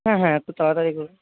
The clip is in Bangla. হ্যাঁ হ্যাঁ একটু তাড়াতাড়ি করুন